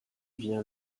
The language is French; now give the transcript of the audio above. vient